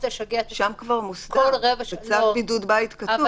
בצו בידוד בית זה כתוב.